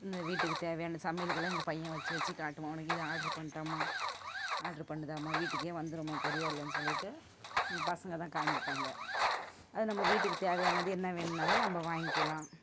இந்த வீட்டுக்கு தேவையான சமையலுக்கெலாம் எங்கள் பையன் வச்சு வச்சு காட்டுவான் உனக்கு இது ஆட்ரு பண்ணட்டாம்மா ஆட்ரு பண்ணுதாம்மா வீட்டுக்கே வந்துடும்மா கொரியர்லேன்னு சொல்லிவிட்டு என் பசங்கள்தான் காமிப்பானுங்க அது நம்ம வீட்டுக்குத் தேவையானது என்ன வேணுன்னாலும் நம்ம வாங்கிக்கலாம்